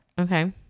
Okay